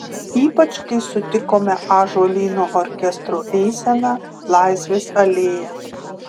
ypač kai sutikome ąžuolyno orkestro eiseną laisvės alėja